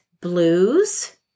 blues